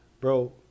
Bro